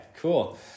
cool